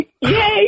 Yay